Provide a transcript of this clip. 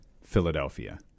Philadelphia